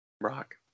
Rock